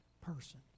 person